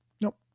nope